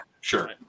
Sure